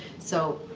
so,